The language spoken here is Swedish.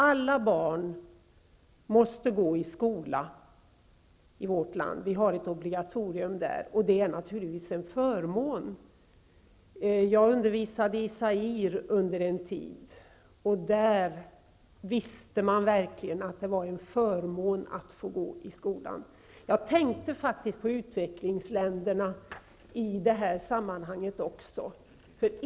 Alla barn måste gå i skola i vårt land. Vi har ett obligatorium, och det är naturligtvis en förmån. Jag undervisade under en tid i Zaire, och där visste man verkligen att det var en förmån att få gå i skolan. Jag tänkte faktiskt på utvecklingsländerna också i det här sammanhanget.